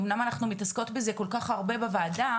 אמנם אנחנו מתעסקות בזה כל כך הרבה בוועדה,